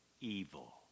evil